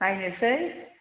नायनोसै